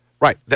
Right